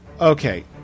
okay